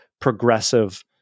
progressive